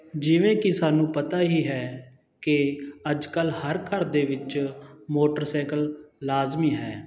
ਜਿਵੇਂ ਕਿ ਸਾਨੂੰ ਪਤਾ ਹੀ ਹੈ ਕਿ ਅੱਜ ਕੱਲ੍ਹ ਹਰ ਘਰ ਦੇ ਵਿੱਚ ਮੋਟਰਸਾਈਕਲ ਲਾਜ਼ਮੀ ਹੈ